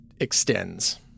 extends